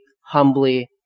humbly